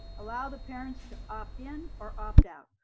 allow the parents to opt in or opt out.